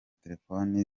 telefoni